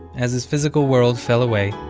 as his physical world fell away,